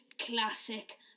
classic